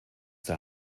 der